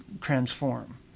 transform